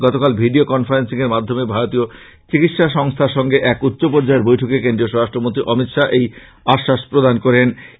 গতকাল video conferencing এর মাধ্যমে ভারতীয় চিকিৎসা সংস্থার সঙ্গে এক উচ্চ পর্যায়ের বৈঠকে কেন্দ্রীয় স্বরাষ্ট্রমন্ত্রী অমিত শাহ এই আশ্বাস প্রদান করেন